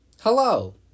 Hello